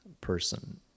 person